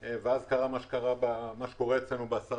ואז קרה גם מה שקרה בימים האחרונים.